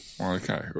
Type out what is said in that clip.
Okay